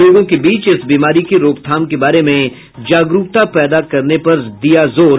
लोगों के बीच इस बीमारी की रोकथाम के बारे में जागरूकता पैदा करने पर दिया जोर